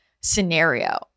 scenario